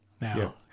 now